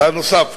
צעד נוסף,